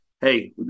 Hey